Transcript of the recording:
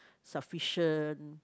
sufficient